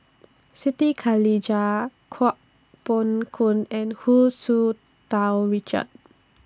Siti Khalijah Kuo Pao Kun and Hu Tsu Tau Richard